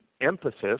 emphasis